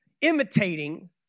imitating